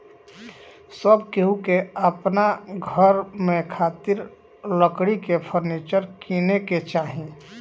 सब केहू के अपना घर में खातिर लकड़ी के फर्नीचर किने के चाही